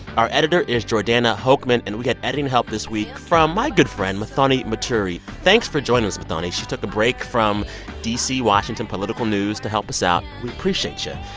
our editor is jordana hochman, and we got editing help this week from my good friend muthoni muturi. thanks for joining us, mathoni. she took a break from d c, washington political news to help us out. we appreciate you.